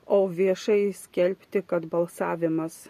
o viešai skelbti kad balsavimas